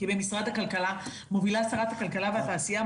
כי במשרד הכלכלה מובילה שרת הכלכלה והתעשייה,